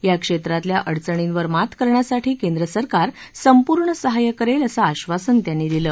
या क्षेत्रातल्या अडचणींवर मात करण्यासाठी केंद्र सरकार संपूर्ण सहकार्य करेल असं आश्वासन त्यांनी दिलं